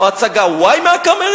או את הצגה y מ"הקאמרי",